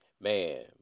man